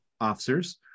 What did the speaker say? officers